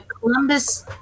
Columbus